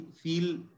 feel